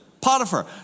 Potiphar